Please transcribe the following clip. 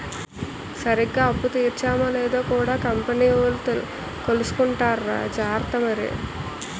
సరిగ్గా అప్పు తీర్చేమో లేదో కూడా కంపెనీ వోలు కొలుసుకుంటార్రా జార్త మరి